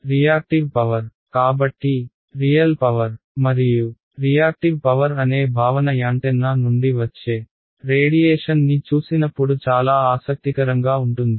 reactive power కాబట్టి real power మరియు reactive power అనే భావన యాంటెన్నా నుండి వచ్చే రేడియేషన్ని చూసినప్పుడు చాలా ఆసక్తికరంగా ఉంటుంది